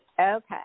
Okay